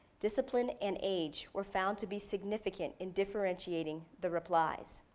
discipline, and age were found to be significant in differentiating the replies.